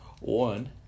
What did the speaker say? One